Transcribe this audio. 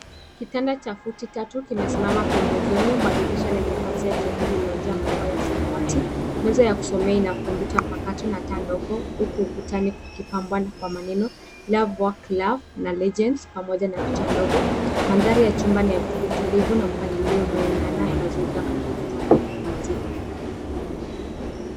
Kitanda cha futi tatu kimesimama pembezoni mwa dirisha lenye pazia jeupe lililojaa maua ya samawati. Meza ya kusomea ina kompyuta mpakato na taa ndogo huku ukutani kukipambwa kwa maneno love work loves na legends pamoja na picha ndogo. Mandhari ya chumba ni ya utulivu na maeneo yanaendana na mazingira ya kujifunza na kupumzika.